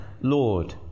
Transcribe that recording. Lord